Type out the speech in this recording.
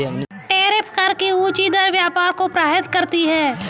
tariff कर की ऊँची दर व्यापार को प्रभावित करती है